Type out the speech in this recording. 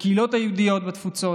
לקהילות היהודיות בתפוצות.